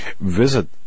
Visit